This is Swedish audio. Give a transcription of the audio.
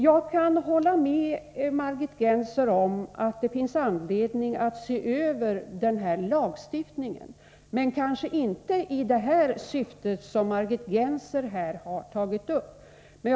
Jag kan hålla med Margit Gennser om att det finns anledning att se över denna lagstiftning, men kanske inte i det syfte som Margit Gennser här varit inne på.